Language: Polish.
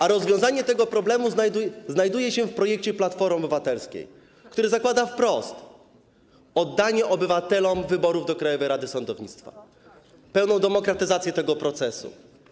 A rozwiązanie tego problemu znajduje się w projekcie Platformy Obywatelskiej, który zakłada wprost oddanie obywatelom wyborów do Krajowej Rady Sądownictwa, pełną demokratyzację tego procesu.